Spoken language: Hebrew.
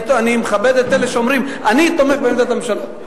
אני מכבד את אלה שאומרים: אני תומך בעמדת הממשלה.